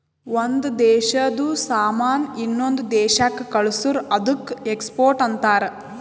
ಒಂದ್ ದೇಶಾದು ಸಾಮಾನ್ ಇನ್ನೊಂದು ದೇಶಾಕ್ಕ ಕಳ್ಸುರ್ ಅದ್ದುಕ ಎಕ್ಸ್ಪೋರ್ಟ್ ಅಂತಾರ್